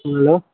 hello